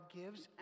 gives